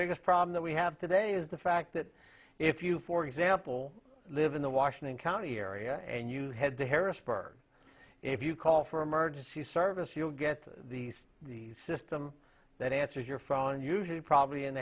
biggest problem that we have today is the fact that if you for example live in the washington county area and you head to harrisburg if you call for emergency service you'll get these the system that answers your phone usually probably in